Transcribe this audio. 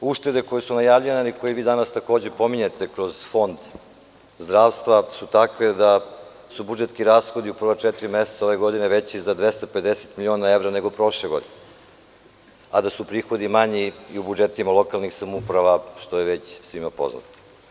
Uštede koje su najavljivane i koje vi danas takođe pominjete kroz Fond zdravstva su takve da su budžetski rashodi u prva četiri meseca ove godine veći za 250 miliona evra nego prošle godine, a da su prihodi manji i u budžetima lokalnih samouprava, što je već svima poznato.